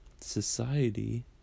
society